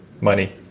money